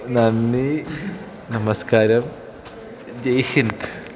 നന്ദി നമസ്ക്കാരം ജയ്ഹിന്ദ്